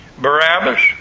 Barabbas